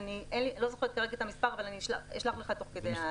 לא זוכרת כרגע את המספר אבל אשלח לך תוך כדי הדיון.